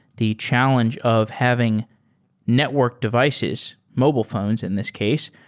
the challenge of having network devices, mobile phones in this case,